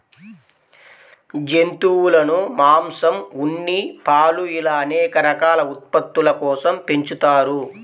జంతువులను మాంసం, ఉన్ని, పాలు ఇలా అనేక రకాల ఉత్పత్తుల కోసం పెంచుతారు